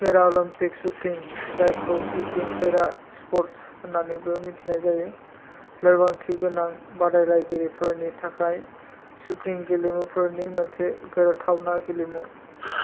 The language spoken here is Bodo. पेराअलिम्पिक शूटिं जायखौ शूटिं पैरा स्पर्ट्स होननानैबो मिन्थिनाय जायो लोरबांथि गोनां बादायलायगिरिफोरनि थाखाय शूटिं गेलेमुफोरनि मोनसे गोरोबथावना गेलेमु